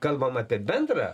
kalbam apie bendrą